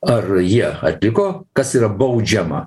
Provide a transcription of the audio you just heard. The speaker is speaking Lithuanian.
ar jie atliko kas yra baudžiama